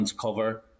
cover